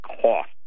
cost